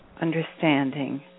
understanding